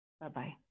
Bye-bye